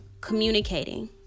communicating